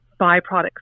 byproducts